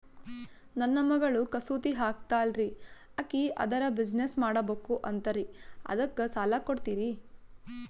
ನನ್ನ ಮಗಳು ಕಸೂತಿ ಹಾಕ್ತಾಲ್ರಿ, ಅಕಿ ಅದರ ಬಿಸಿನೆಸ್ ಮಾಡಬಕು ಅಂತರಿ ಅದಕ್ಕ ಸಾಲ ಕೊಡ್ತೀರ್ರಿ?